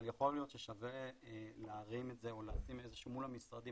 אבל יכול להיות ששווה להרים את זה או לשים מול המשרדים